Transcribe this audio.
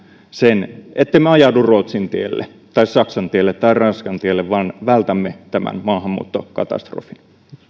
sen että ajaudumme ruotsin tielle tai saksan tielle tai ranskan tielle ja vältämme tämän maahanmuuttokatastrofin